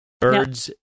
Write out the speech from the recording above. Birds